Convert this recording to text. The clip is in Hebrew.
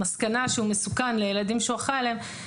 המסקנה שהוא מסוכן לילדים שהוא אחראי עליהם,